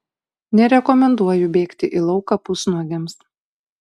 nerekomenduoju bėgti į lauką pusnuogiams